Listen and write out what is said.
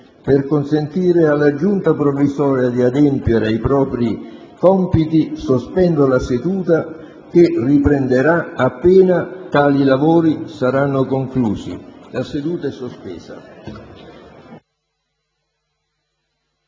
Per consentire alla Giunta provvisoria di adempiere ai propri compiti, sospendo la seduta, che riprenderà non appena tali lavori saranno conclusi. *(La seduta, sospesa